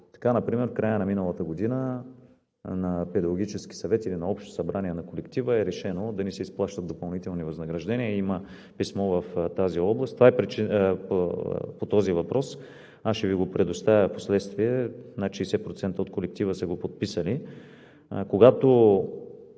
Така например в края на миналата година на педагогически съвет или на общо събрание на колектива е решено да не се изплащат допълнителни възнаграждения, има писмо в тази област. Това е по този въпрос. Аз ще Ви го предоставя впоследствие. Над 60% от колектива са го подписали. Когато